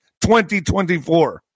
2024